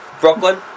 Brooklyn